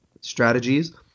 strategies